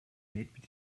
bietet